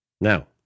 now